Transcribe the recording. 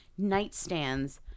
nightstands